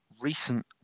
recent